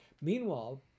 Meanwhile